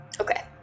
Okay